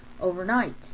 overnight